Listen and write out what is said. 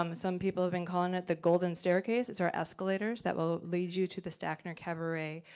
um some people have been calling it the golden staircase, it's our escalators that will lead you to the stackner cabaret,